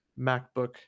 macbook